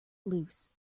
loose